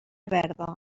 verda